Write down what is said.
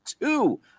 two